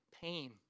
pain